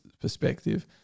perspective